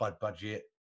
budget